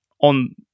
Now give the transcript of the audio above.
on